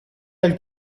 del